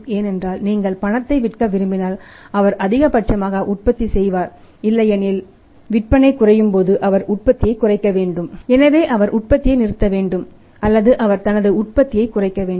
ஏனென்றால் நீங்கள் பணத்தை விற்க விரும்பினால் அவர் அதிகபட்சமாக உற்பத்தி செய்வார் இல்லையெனில் விற்பனை குறையும் போது அவர் உற்பத்தியை குறைக்க வேண்டும் எனவே அவர் உற்பத்தியை நிறுத்த வேண்டும் அல்லது அவர் தனது உற்பத்தியைக் குறைக்க வேண்டும்